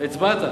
הצבעת.